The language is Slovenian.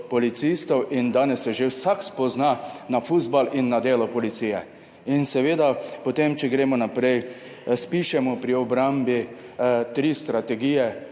policistov" in danes se že vsak spozna na fuzbal in na delo policije. In seveda potem, če gremo naprej, spišemo pri obrambi tri strategije